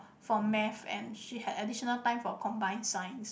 for math and she have additional time for combine science